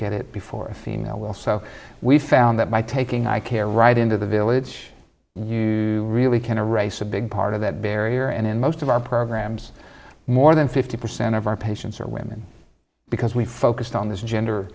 get it before athena will so we've found that by taking i care right into the village you really can erase a big part of that barrier and in most of our programs more than fifty percent of our patients are women because we focused on this gender